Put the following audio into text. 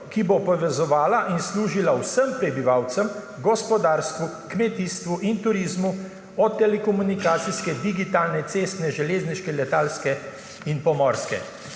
ki bo povezovala in služila vsem prebivalcem, gospodarstvu, kmetijstvu in turizmu, od telekomunikacijske, digitalne, cestne, železniške, letalske in pomorske,